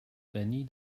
benny